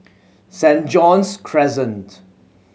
Saint John's Crescent